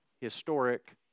historic